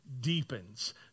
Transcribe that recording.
deepens